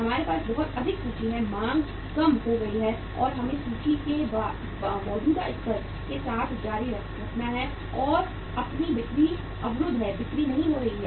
आपके पास बहुत बड़ी सूची है मांग कम हो गई है और हमें सूची के मौजूदा स्तर के साथ जारी रखना है और आपकी बिक्री अवरुद्ध है बिक्री नहीं हो रही है